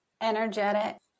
energetic